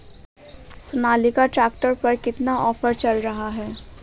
Sonalika tractor पर कितना offer चल रहा है?